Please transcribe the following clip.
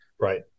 Right